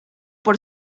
por